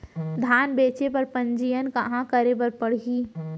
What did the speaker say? धान बेचे बर पंजीयन कहाँ करे बर पड़ही?